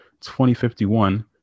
2051